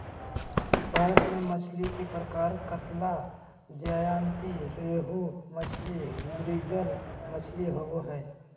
भारत में मछली के प्रकार कतला, ज्जयंती रोहू मछली, मृगल मछली होबो हइ